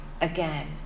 again